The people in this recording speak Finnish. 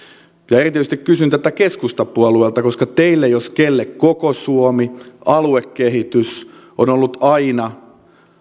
erityisesti kysyn tätä keskustapuolueelta koska teille jos kenelle koko suomi aluekehitys on ollut aina